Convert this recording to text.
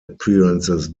appearances